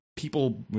People